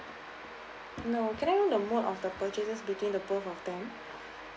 no can I know the mode of the purchases between the both of them